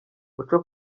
uca